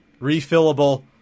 refillable